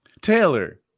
Taylor